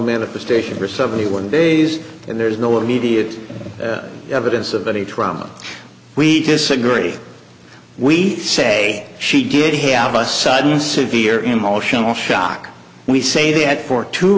manifestation for seventy one days and there's no immediate evidence of any trauma we disagree we say she did have a sudden severe emotional shock we say they had for two